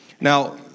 Now